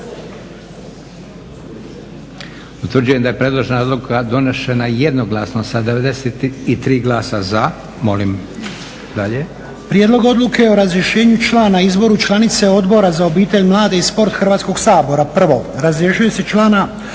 Utvrđujem da je predložena odluka donešena jednoglasno sa 93 glasa za. Molim dalje. **Lučin, Šime (SDP)** Prijedlog odluke o razrješenju člana i izboru članice Odbora za obitelj, mlade i sport Hrvatskog sabora. Prvo, razrješuje se člana